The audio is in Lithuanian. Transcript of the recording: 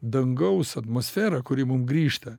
dangaus atmosfera kuri mum grįžta